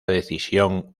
decisión